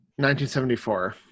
1974